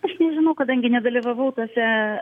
aš nežinau kadangi nedalyvavau tuose